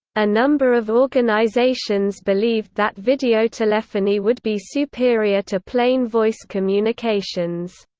a number of organizations believed that videotelephony would be superior to plain voice communications.